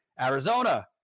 Arizona